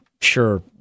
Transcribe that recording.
sure